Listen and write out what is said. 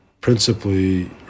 principally